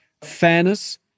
fairness